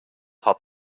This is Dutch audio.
had